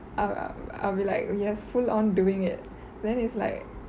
I'll I'll be like yes full on doing it then it's like